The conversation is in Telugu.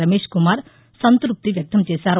రమేశ్ కుమార్ సంత్పప్తి వ్యక్తంచేశారు